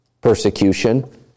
persecution